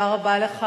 תודה רבה לך.